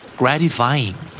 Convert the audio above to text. gratifying